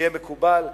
שיהיה מקובל.